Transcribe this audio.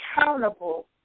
accountable